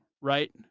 right